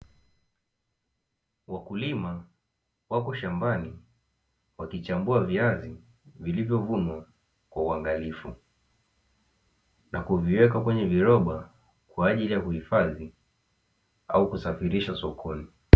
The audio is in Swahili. Wakulima wako shambani wakichambua viazi vilivyovunwa kwa uangalifu, na kuviweka kwenye viroba kwa ajili ya kuhifadhi au kusafirisha sokoni.